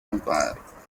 empire